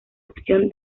opción